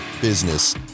business